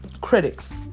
critics